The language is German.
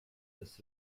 des